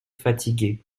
fatigué